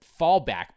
fallback